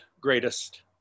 greatest